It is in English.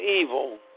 evil